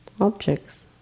objects